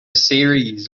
series